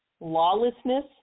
lawlessness